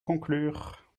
conclure